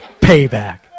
Payback